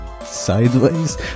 sideways